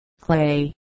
Clay